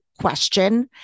question